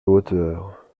hauteur